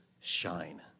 shine